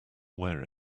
wear